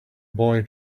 boy